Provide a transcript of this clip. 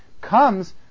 comes